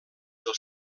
els